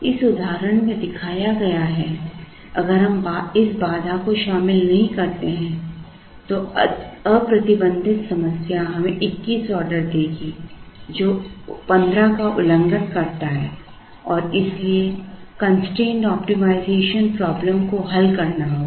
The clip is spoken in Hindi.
इस उदाहरण में दिखाया गया है अगर हम इस बाधा को शामिल नहीं करते हैं तो अप्रतिबंधित समस्या हमें 21 ऑर्डर देगी जो 15 का उल्लंघन करता और इसलिए कंस्ट्रेंड ऑप्टिमाइजेशन प्रॉब्लम को हल करना होगा